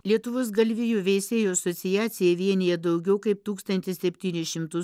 lietuvos galvijų veisėjų asociacija vienija daugiau kaip tūkstantį septynis šimtus